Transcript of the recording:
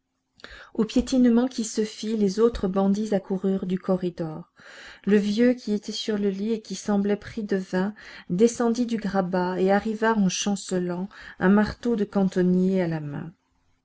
au piétinement qui se fit les autres bandits accoururent du corridor le vieux qui était sur le lit et qui semblait pris de vin descendit du grabat et arriva en chancelant un marteau de cantonnier à la main